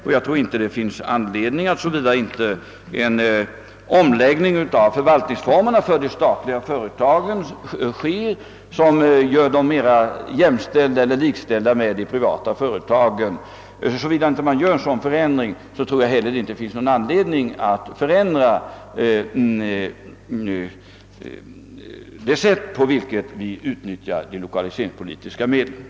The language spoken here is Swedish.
Såvida man inte lägger om de statliga företagens förvaltningsformer, så att statens företag blir mera likställda med de privata företagen, tror jag inte heller det finns någon anledning att förändra det sätt på vilket vi använder de lokaliseringspolitiska medlen.